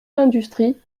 l’industrie